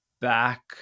back